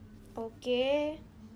okay